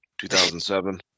2007